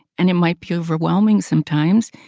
and it might be overwhelming sometimes.